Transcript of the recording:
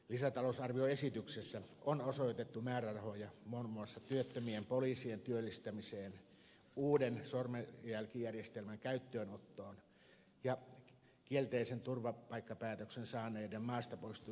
lisätalousarvioesityksessä on osoitettu määrärahoja muun muassa työttömien poliisien työllistämiseen uuden sormenjälkijärjestelmän käyttöönottoon ja kielteisen turvapaikkapäätöksen saaneiden maastapoistamiskustannuksiin